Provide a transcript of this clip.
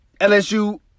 LSU